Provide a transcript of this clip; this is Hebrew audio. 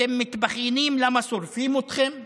ואתם מתבכיינים ששורפים אתכם?